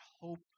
hope